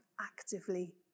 actively